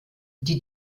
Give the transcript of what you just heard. die